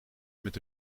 met